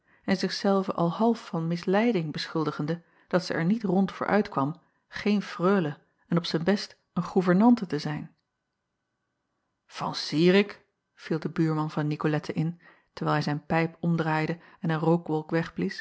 en zich zelve al half van misleiding beschuldigende dat zij er niet rond voor uitkwam geen freule en op zijn best een goevernante te zijn an irik viel de buurman van icolette in terwijl hij zijn pijp omdraaide en een rookwolk wegblies